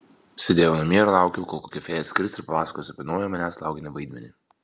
sėdėjau namie ir laukiau kol kokia fėja atskris ir papasakos apie naują manęs laukiantį vaidmenį